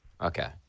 Okay